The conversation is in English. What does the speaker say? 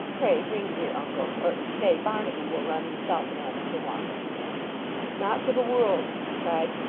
pray ring, dear uncle or stay barnaby will run himself and ask for wine not for the world she cried.